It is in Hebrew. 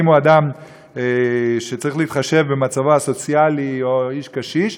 אם הוא אדם שצריך להתחשב במצבו הסוציאלי או איש קשיש,